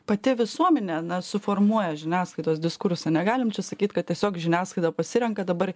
pati visuomenė na suformuoja žiniasklaidos diskursą negalim čia sakyti kad tiesiog žiniasklaida pasirenka dabar